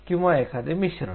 किंवा एखादे मिश्रण